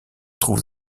trouve